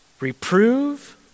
Reprove